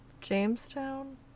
jamestown